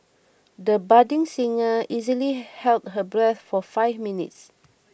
the budding singer easily held her breath for five minutes